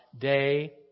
day